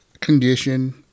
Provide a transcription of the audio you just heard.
condition